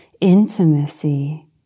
intimacy